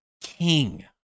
King